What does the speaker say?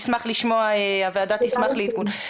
הוועדה תשמח לעדכון.